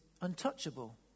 untouchable